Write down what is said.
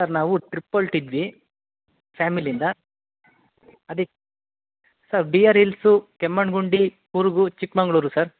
sir ನಾವು trip ಹೊರಟಿದ್ವಿ ಫ್ಯಾಮಿಲಿಯಿಂದ ಅದಕ್ಕೆ sir B R hills Kemmangundi Coorg Chikkamagaluru sir